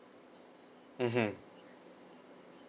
mmhmm